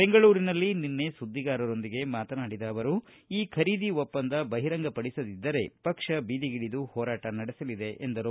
ಬೆಂಗಳೂರಿನಲ್ಲಿ ನಿನ್ನೆ ಸುದ್ದಿಗಾರರೊಂದಿಗೆ ಮಾತನಾಡಿದ ಅವರು ಈ ಖರೀದಿ ಒಪ್ಪಂದ ಬಹಿರಂಗ ಪಡಿಸದಿದ್ದರೆ ಪಕ್ಷ ಬೀದಿಗಿಳಿದು ಹೋರಾಟ ನಡೆಸಲಿದೆ ಎಂದರು